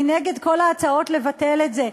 אני נגד כל ההצעות לבטל את זה.